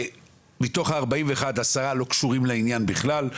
מתוך ה-41: עשרה בכלל לא קשורים לעניין,